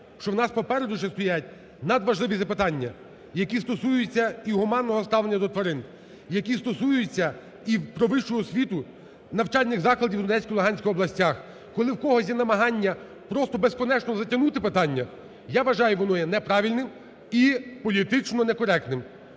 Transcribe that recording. що у нас попереду ще стоять надважливі запитання, які стосуються і гуманного ставлення до тварин, які стосуються і про вищу освіту в начальних закладах Одеської і Луганської областях. Коли в когось є намагання просто безкінечно затягнути питання, я вважаю, воно є неправильним і політично некоректним.